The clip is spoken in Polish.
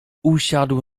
usiadł